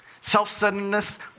Self-centeredness